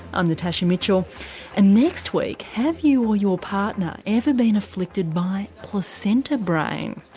i'm natasha mitchell and next week, have you or your partner ever been afflicted by placenta brain?